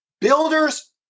Builders